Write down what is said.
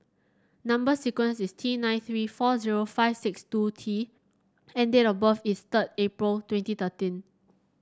number sequence is T nine three four zero five six two T and date of birth is third April twenty thirteen